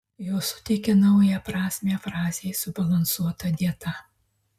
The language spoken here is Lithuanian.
jos suteikia naują prasmę frazei subalansuota dieta